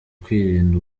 kwirinda